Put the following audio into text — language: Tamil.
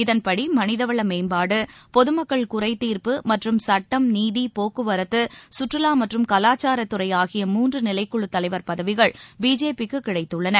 இதன்படி மனிதவளமேம்பாடு பொதுமக்கள் குறைதீர்ப்பு மற்றும் சட்டம் நீதி போக்குவரத்து சுற்றுலாமற்றும் கவாச்சாரத்துறைஆகிய மூன்றுநிலைக்குழுதலைவர் பதவிகள் பிஜேபிக்குகிடைத்துள்ளன